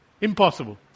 Impossible